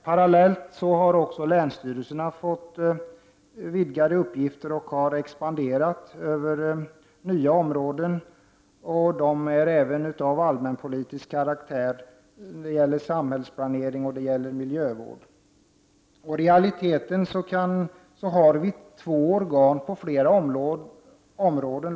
Parallellt har också länsstyrelserna fått vidgade uppgifter och har expanderat över nya områden, även av allmänpolitisk karaktär. Det gäller t.ex. samhällsplanering och miljövård. I realiteten finns det två organ på flera områden.